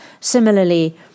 Similarly